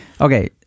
okay